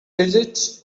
digits